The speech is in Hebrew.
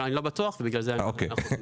אבל אני לא בטוח; בגלל זה אנחנו נבדוק.